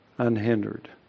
unhindered